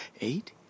Eight